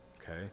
Okay